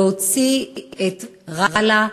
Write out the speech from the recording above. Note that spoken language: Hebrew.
להוציא את רל"א,